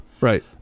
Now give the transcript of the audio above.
Right